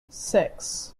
six